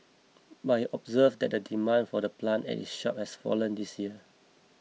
but he observed that the demand for the plant at his shop has fallen this year